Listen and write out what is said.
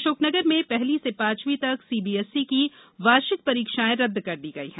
अशोकनगर में पहली से पांचवी तक सीबीएसई की वार्षिक परीक्षाएं रदद कर दी गई हैं